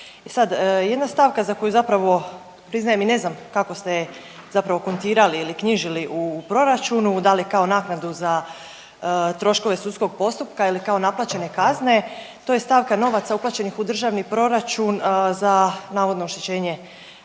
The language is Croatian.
I sad jedna stavka za koju zapravo priznajem i ne znam kako ste je zapravo kontirali ili knjižili u proračunu da li kao naknadu za troškove sudskog postupka ili kao naplaćene kazne to je stavka novaca uplaćenih u državni proračun za navodno oštećenje